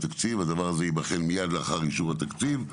הדבר הזה ייבחן מיד לאחר אישור התקציב,